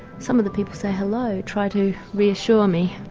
some of the people say hello, try to reassure me.